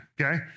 okay